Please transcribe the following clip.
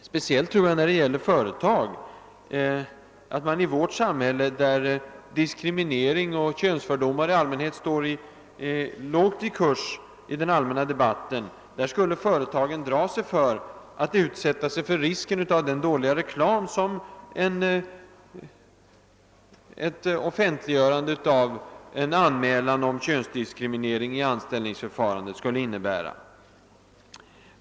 Speciellt tror jag att företag i vårt samhälle, där diskriminering och könsfördomar i allmänhet står lågt i kurs i den allmänna debatten, skulle dra sig för att utsätta sig för risken av den dåliga reklam, som ett offentliggörande av en anmälan om könsdiskriminering vid anställningsförfarandet skulle innebära.